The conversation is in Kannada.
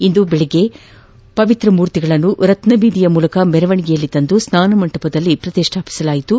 ಇಂದು ಬೆಳಗ್ಗೆ ಪವಿತ್ರ ಮೂರ್ತಿಗಳನ್ನು ರತ್ನ ಬೀದಿಯ ಮೂಲಕ ಮೆರವಣಿಗೆಯಲ್ಲಿ ತಂದು ಸ್ವಾನ ಮಂಟಪದಲ್ಲಿ ಪ್ರತಿಷ್ಣಾಪಿಸಲಾಯಿತು